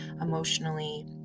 emotionally